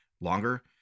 longer